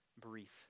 brief